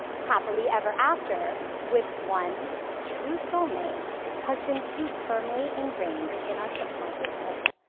happily ever after with one true soul mate has been too firmly ingrained in our subconciousness,